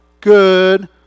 good